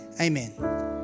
Amen